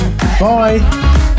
Bye